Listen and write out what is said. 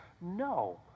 No